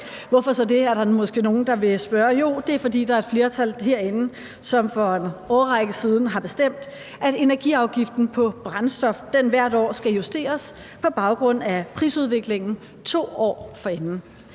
Hvorfor så det? er der måske nogle, der vil spørge. Jo, det er, fordi der er et flertal herinde, som for en årrække siden har bestemt, at energiafgiften på brændstof hvert år skal justeres på baggrund af prisudviklingen 2 år forinden.